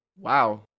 Wow